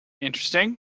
Interesting